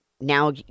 now